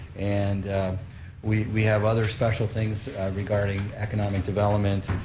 and we have other special things regarding economic development,